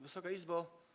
Wysoka Izbo!